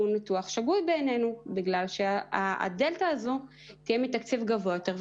ניתוח שגוי בעינינו בגלל שהדלתא הזו תהיה מתקציב גבוה יותר.